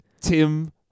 Tim